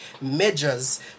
measures